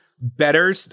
better